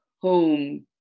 home